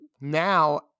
now